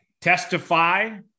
testify